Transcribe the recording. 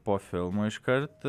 po filmo iškart